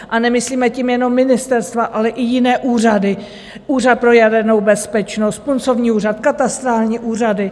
A nemyslíme tím jenom ministerstva, ale i jiné úřady, Úřad pro jadernou bezpečnost, Puncovní úřad, katastrální úřady.